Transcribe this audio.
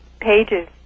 pages